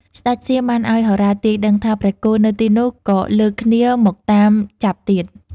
ស្ដេចសៀមបានឲ្យហោរាទាយដឹងថាព្រះគោនៅទីនោះ ក៏លើកគ្នាមកតាមចាប់ទៀត។